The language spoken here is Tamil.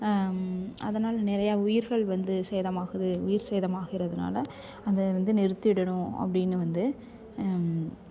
அதனால நிறையா உயிர்கள் வந்து சேதமாகுது உயிர் சேதமாகிறதுனால் அதை வந்து நிறுத்திடணும் அப்படின்னு வந்து